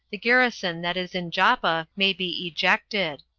the garrison that is in joppa may be ejected.